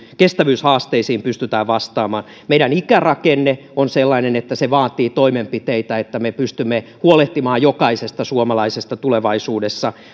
kestävyyshaasteisiin pystytään vastaamaan meidän ikärakenne on sellainen että se vaatii toimenpiteitä niin että me pystymme huolehtimaan jokaisesta suomalaisesta tulevaisuudessa